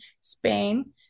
spain